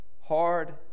hard